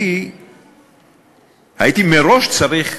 כי הייתי מראש צריך